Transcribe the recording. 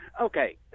Okay